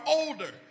older